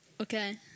Okay